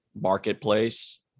marketplace